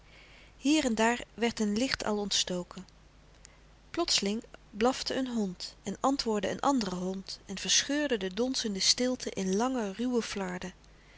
hier en daar werd een licht al ontstoken plotseling blafte een hond en antwoordde een andere hond en verscheurde de donsende stilte in lange ruwe flarden